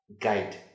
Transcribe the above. guide